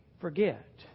forget